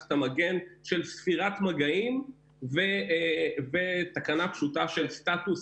לאפליקציית המגן של ספירת מגעים בתקנה פשוטה של סטטוס